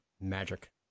magic